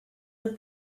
the